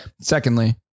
Secondly